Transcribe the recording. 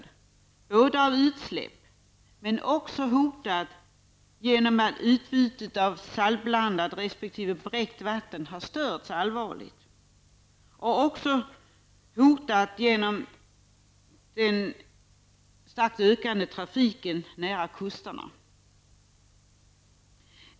Det är hotat av utsläpp men också genom att utbytet av saltblandat resp. bräckt vatten har störts allvarligt samt av den starkt ökande trafiken nära kusterna.